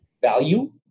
value